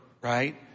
right